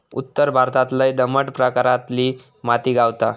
उत्तर भारतात लय दमट प्रकारातली माती गावता